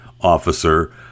officer